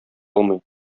алмый